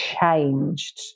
changed